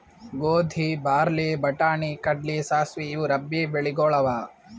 ಗೋಧಿ, ಬಾರ್ಲಿ, ಬಟಾಣಿ, ಕಡ್ಲಿ, ಸಾಸ್ವಿ ಇವು ರಬ್ಬೀ ಬೆಳಿಗೊಳ್ ಅವಾ